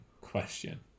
question